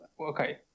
okay